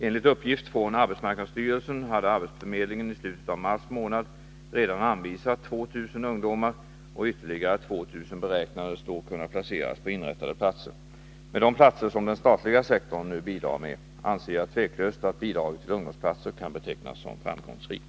Enligt uppgift från arbetsmarknadsstyrelsen hade arbetsförmedlingen i slutet av mars redan anvisat 2000 ungdomar en ungdomsplats, och ytterligare 2 000 beräknades då kunna placeras på inrättade platser. Med de platser som den statliga sektorn nu bidrar med anser jag tveklöst att bidraget till ungdomsplatser kan betecknas som framgångsrikt.